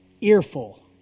earful